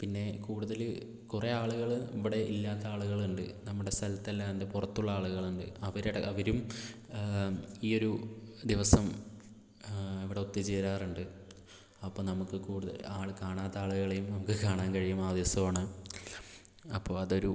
പിന്നെ കൂടുതല് കുറേ ആളുകള് ഇവിടെ ഇല്ലാത്ത ആളുകളുണ്ട് നമ്മുടെ സ്ഥലത്തല്ലാണ്ട് പുറത്തുള്ള ആളുകളുണ്ട് അവരുടെ അവരും ഈയൊരു ദിവസം ഇവിടെ ഒത്തു ചേരാറുണ്ട് അപ്പോൾ നമുക്ക് കൂടുതൽ ആള് കാണാത്ത ആളുകളെയും നമുക്ക് കാണാൻ കഴിയും ആ ദിവസമാണ് അപ്പോൾ അതൊരു